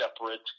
separate